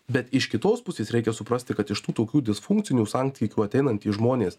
bet iš kitos pusės reikia suprasti kad iš tų tokių disfunkcinių santykių ateinantys žmonės